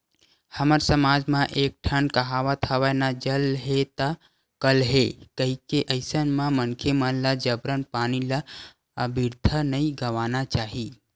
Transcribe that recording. हमर समाज म एक ठन कहावत हवय ना जल हे ता कल हे कहिके अइसन म मनखे मन ल जबरन पानी ल अबिरथा नइ गवाना चाही